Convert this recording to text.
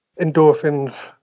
endorphins